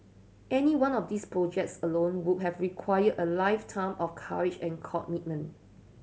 any one of these projects alone would have required a lifetime of courage and commitment